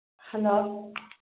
hello